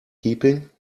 keeping